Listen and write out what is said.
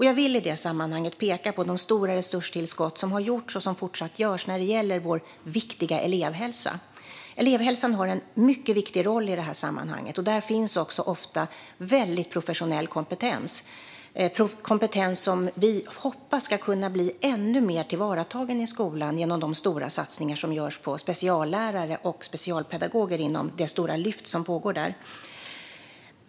Jag vill i detta sammanhang peka på de stora resurstillskott som har gjorts och fortsatt görs när det gäller vår viktiga elevhälsa. Elevhälsan har en mycket viktig roll i detta sammanhang. Där finns ofta en mycket professionell kompetens. Det är kompetens som vi hoppas ska kunna tas till vara ännu mer i skolan genom de stora satsningar som görs på speciallärare och specialpedagoger inom det stora lyft som pågår.